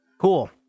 Cool